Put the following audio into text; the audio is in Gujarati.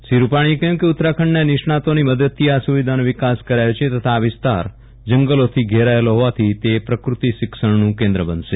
શ્રી રૂપાણીએ કહ્યું કે ઉત્તરા ખંડના નિષ્ણાંતોની મદદથી આ સુવિધાનો વિકાસ કરાયો છે તથા આ વિસ્તાર જંગલોથી ઘેરાયેલો હોવાથી તે પ્રકૃતિ શિક્ષણનું કેન્દ્ર બનશે